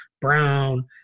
Brown